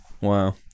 wow